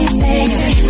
baby